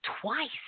twice